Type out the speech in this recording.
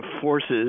forces